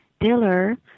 Diller